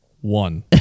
one